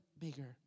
bigger